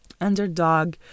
underdog